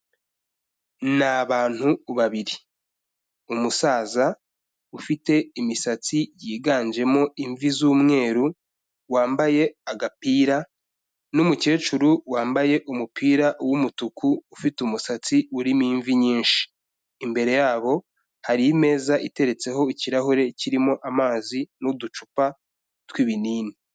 Ni abantu babiri, umusaza ufite imisatsi yiganjemo imvi z'umweru, wambaye agapira n'umukecuru wambaye umupira w'umutuku ufite umusatsi urimo imvi nyinshi, imbere yabo hari imeza iteretseho ikirahure kirimo amazi n'uducupa tw'ibinini.